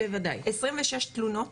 26 תלונות,